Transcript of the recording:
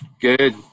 Good